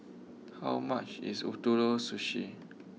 how much is Ootoro Sushi